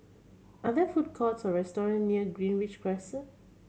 are there food courts or restaurant near Greenridge Crescent